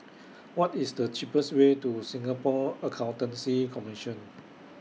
What IS The cheapest Way to Singapore Accountancy Commission